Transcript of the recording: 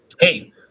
hey